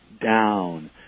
down